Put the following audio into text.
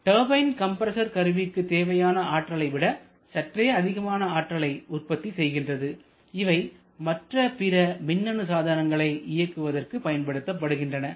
turbine compressor கருவிக்கு தேவையான ஆற்றலை விட சற்றே அதிகமான ஆற்றலை உற்பத்தி செய்கிறது இவை மற்ற பிற மின்னணு சாதனங்களை இயக்கத்திற்கு பயன்படுத்தப்படுகின்றன